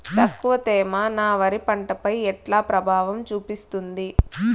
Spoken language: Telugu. తక్కువ తేమ నా వరి పంట పై ఎట్లా ప్రభావం చూపిస్తుంది?